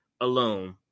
alone